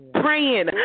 praying